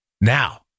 Now